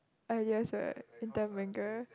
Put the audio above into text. ah yes right